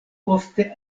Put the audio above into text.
ofte